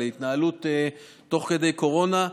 להתנהלות תוך כדי קורונה,